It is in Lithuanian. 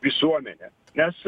visuomenė nes